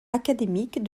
académique